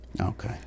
Okay